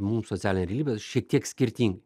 mum socialinę realybę šiek tiek skirtingai